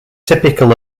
typical